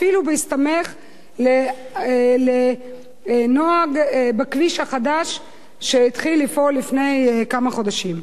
אפילו בהסתמך על נוהג בכביש החדש שהתחיל לפעול לפני כמה חודשים.